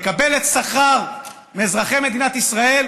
מקבלת שכר מאזרחי מדינת ישראל,